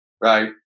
right